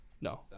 No